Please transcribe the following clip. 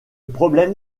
problème